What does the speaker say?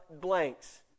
blanks